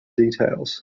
details